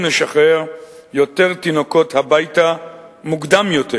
לשחרר יותר תינוקות הביתה מוקדם יותר.